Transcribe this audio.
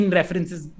references